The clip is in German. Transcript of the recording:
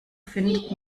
findet